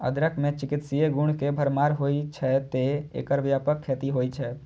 अदरक मे चिकित्सीय गुण के भरमार होइ छै, तें एकर व्यापक खेती होइ छै